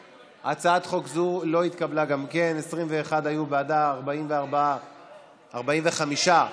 ההצעה להעביר לוועדה את הצעת חוק הנצחת זכרם של קורבנות הטבח בכפר